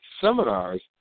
seminars